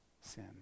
sin